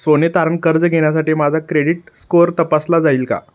सोने तारण कर्ज घेण्यासाठी माझा क्रेडिट स्कोअर तपासला जाईल का